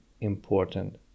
important